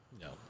No